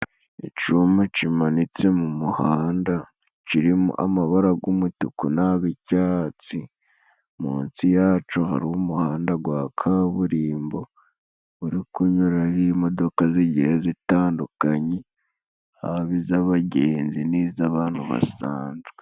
Icuma kimanitse mu muhanda kirimo amabara g'umutuku n'ag'icatsi . Munsi yaco hari umuhanda gwa kaburimbo guri kunyuraraho imodoka zigiye zitandukanye haba iz'abagenzi n'iz'abantu basanzwe.